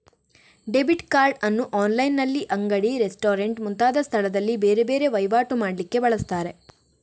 debit card ಅನ್ನು ಆನ್ಲೈನಿನಲ್ಲಿ, ಅಂಗಡಿ, ರೆಸ್ಟೋರೆಂಟ್ ಮುಂತಾದ ಸ್ಥಳದಲ್ಲಿ ಬೇರೆ ಬೇರೆ ವೈವಾಟು ಮಾಡ್ಲಿಕ್ಕೆ ಬಳಸ್ತಾರೆ